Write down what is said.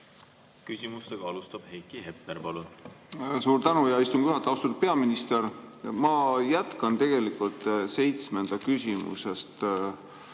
Küsimustega alustab Heiki Hepner. Palun! Suur tänu, hea istungi juhataja! Austatud peaminister! Ma jätkan tegelikult seitsmendat küsimust